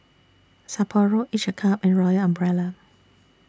Sapporo Each A Cup and Royal Umbrella